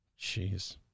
Jeez